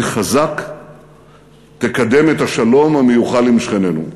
חזק תקדם את השלום המיוחל עם שכנינו.